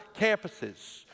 campuses